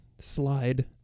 slide